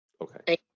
Okay